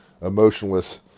emotionless